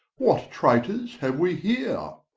what traytors haue wee here?